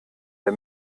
der